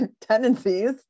tendencies